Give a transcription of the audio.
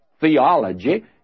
theology